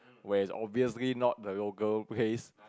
where is obviously not the local place